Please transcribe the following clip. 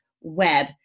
web